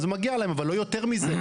זה מגיע להם אבל לא יותר מזה.